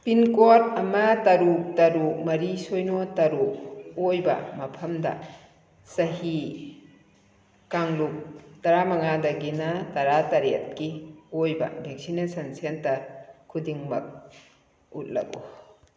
pincode ꯑꯃ ꯇꯔꯨꯛ ꯇꯔꯨꯛ ꯃꯔꯤ ꯁꯤꯅꯣ ꯇꯔꯨꯛ ꯑꯣꯏꯕ ꯃꯐꯝꯗ ꯆꯍꯤ ꯀꯥꯡꯂꯨꯞ ꯇꯔꯥꯃꯉꯥꯗꯒꯤꯅ ꯇꯔꯥꯇꯔꯦꯠꯀꯤ ꯑꯣꯏꯕ ꯚꯦꯛꯁꯤꯅꯦꯁꯟ ꯁꯦꯟꯇꯔ ꯈꯨꯗꯤꯡꯃꯛ ꯎꯠꯂꯛꯎ